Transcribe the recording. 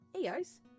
Eos